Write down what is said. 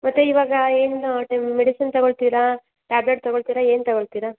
ಮತ್ತು ಇವಾಗ ಏನು ಟೈಮ್ ಮೆಡಿಸಿನ್ ತಗೊಳ್ತೀರಾ ಟ್ಯಾಬ್ಲೆಟ್ ತಗೊಳ್ತೀರ ಏನು ತಗೊಳ್ತೀರ